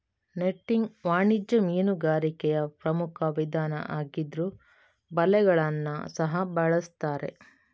netting ವಾಣಿಜ್ಯ ಮೀನುಗಾರಿಕೆಯ ಪ್ರಮುಖ ವಿಧಾನ ಆಗಿದ್ರೂ ಬಲೆಗಳನ್ನ ಸಹ ಬಳಸ್ತಾರೆ